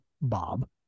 Bob